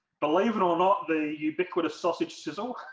believe it or not the ubiquitous sausage sizzle